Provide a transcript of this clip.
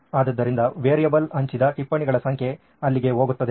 ಆದ್ದರಿಂದ ವೇರಿಯಬಲ್ ಹಂಚಿದ ಟಿಪ್ಪಣಿಗಳ ಸಂಖ್ಯೆ ಅಲ್ಲಿಗೆ ಹೋಗುತ್ತದೆ